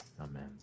Amen